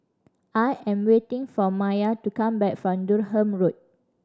I am waiting for Maia to come back from Durham Road